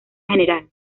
general